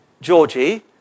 Georgie